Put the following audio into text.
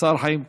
השר חיים כץ.